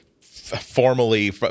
formally